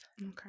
okay